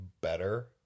better